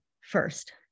first